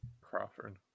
Crawford